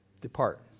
Depart